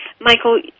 Michael